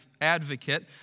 advocate